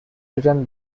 written